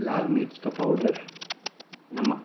لال مرچ کا پاؤڈر نمک